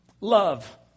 Love